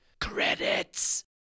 Credits